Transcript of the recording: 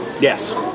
Yes